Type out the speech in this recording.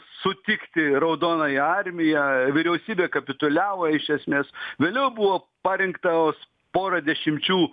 sutikti raudonąją armiją vyriausybė kapituliavo iš esmės vėliau buvo parinktos porą dešimčių